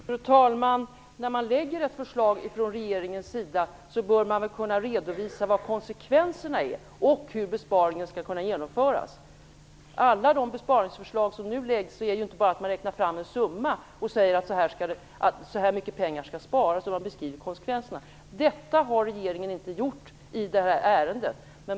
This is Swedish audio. Fru talman! När regeringen framlägger ett förslag bör den väl kunna redovisa vilka konsekvenserna blir och hur besparingen skall kunna genomföras. Alla besparingsförslag som läggs fram är ju inte sådana att man bara räknar fram en summa och säger att så och så mycket pengar skall sparas, utan man beskriver konsekvenserna. Detta har regeringen inte gjort i det här ärendet.